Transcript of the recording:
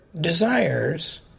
desires